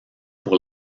pour